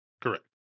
Correct